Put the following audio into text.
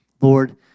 Lord